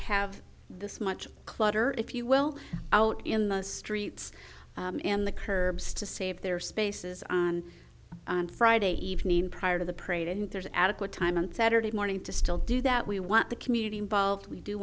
have this much clutter if you will out in the streets in the curbs to save their spaces on on friday evening prior to the prayed and there's adequate time on saturday morning to still do that we want the community involved we do